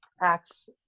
acts